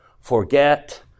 forget